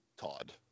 Todd